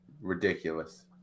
ridiculous